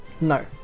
No